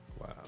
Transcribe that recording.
Wow